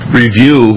review